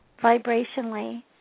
vibrationally